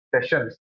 sessions